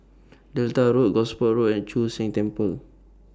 Delta Road Gosport Road and Chu Sheng Temple